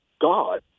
God